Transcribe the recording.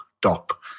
top